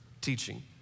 teaching